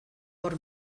hor